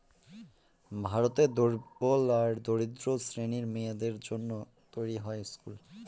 ভারতের দুর্বল আর দরিদ্র শ্রেণীর মেয়েদের জন্য তৈরী হয় স্কুল